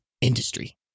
industry